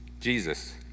Jesus